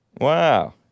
Wow